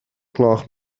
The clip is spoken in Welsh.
gloch